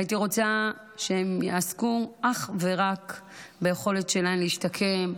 הייתי רוצה שהן יעסקו אך ורק ביכולת שלהן להשתקם,